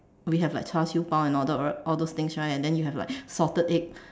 we have like char siew bao and all that right all those thing right and then you have salted egg